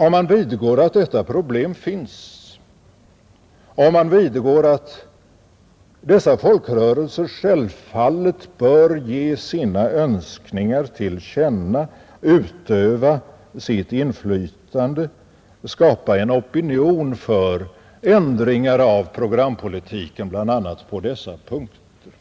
Om man vidgår att dessa problem finns, om man vidgår att dessa folkrörelser självfallet bör ge sina önskningar till känna, utöva sitt inflytande och skapa en opinion för ändringar av programpolitiken bl.a. på dessa punkter,